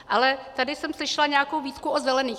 Ale tady jsem slyšela nějakou výtku o zelených.